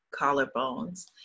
collarbones